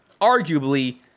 arguably